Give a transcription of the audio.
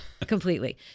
completely